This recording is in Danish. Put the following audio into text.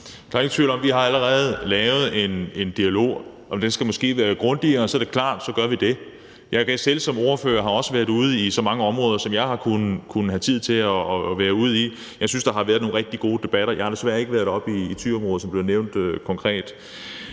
Der er ingen tvivl om, at vi allerede har etableret en dialog. Om den måske skal være grundigere, er muligt, og så er det klart, at så gør vi det. Jeg har selv som ordfører også været ude i så mange områder, som jeg har kunnet få tid til. Jeg synes, der har været nogle rigtig gode debatter. Jeg har desværre ikke været oppe i Thyområdet, som blev nævnt konkret.